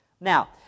Now